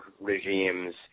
regimes